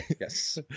Yes